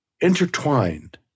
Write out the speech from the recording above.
intertwined